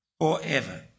forever